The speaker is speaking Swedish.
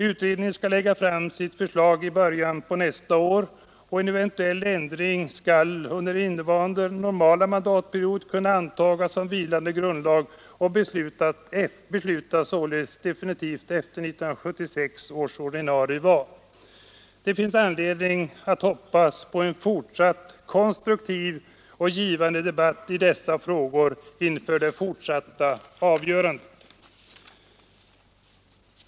Utredningen skall lägga fram sitt förslag i början av nästa år, och en eventuell ändring skall under innevarande normala mandatperiod kunna antagas som vilande grundlag och beslutas av riksdagen efter 1976 års ordinarie val. Det finns anledning att hoppas på en fortsatt konstruktiv och givande debatt i dessa frågor inför det fortsatta avgörandet.